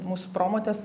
mūsų promotės